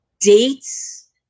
dates